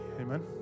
Amen